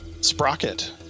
Sprocket